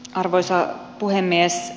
arvoisa puhemies